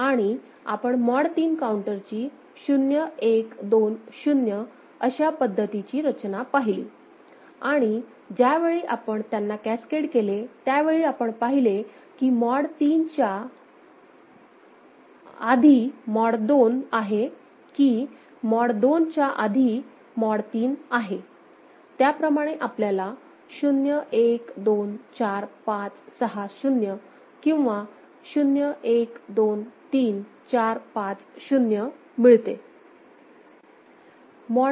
आणि आपण मॉड 3 काऊंटरची 0 1 2 0 अशा पद्धतीची रचना पाहिली आणि ज्यावेळी आपण त्यांना कॅस्केड केले त्यावेळी आपण पाहिले की मॉड 3 च्या आधी मॉड 2 आहे की मॉड 2 च्या आधी मॉड 3 आहेत्याप्रमाणे आपल्याला 0 1 2 4 5 6 0 किंवा 0 1 2 3 4 5 0 मिळते